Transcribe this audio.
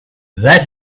that